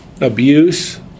abuse